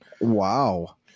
Wow